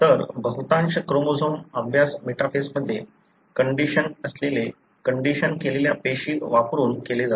तर बहुतांश क्रोमोझोम अभ्यास मेटाफेसमध्ये कंडिशनक केलेल्या पेशी वापरून केले जातात